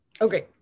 Okay